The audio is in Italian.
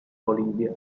bolivia